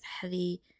heavy